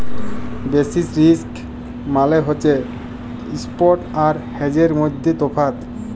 basis risk মালে হছে ইস্প্ট আর হেজের মইধ্যে তফাৎ